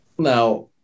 now